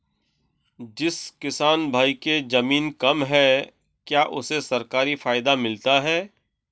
जिस किसान भाई के ज़मीन कम है क्या उसे सरकारी फायदा मिलता है?